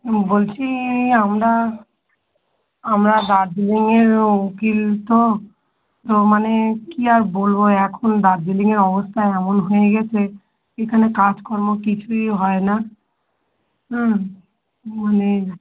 বলছি আমরা আমরা দার্জিলিংয়ের উকিল তো তো মানে কী আর বলব এখন দার্জিলিংয়ের অবস্থা এমন হয়ে গিয়েছে এখানে কাজকর্ম কিছুই হয় না হুম মানে